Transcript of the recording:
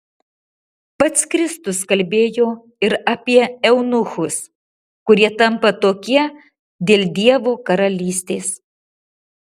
pats kristus kalbėjo ir apie eunuchus kurie tampa tokie dėl dievo karalystės